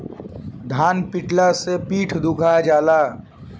धान पिटाला से पीठ दुखा जाला